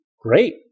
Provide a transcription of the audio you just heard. Great